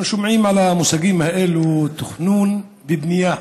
אנחנו שומעים על המושגים האלה, תכנון ובנייה,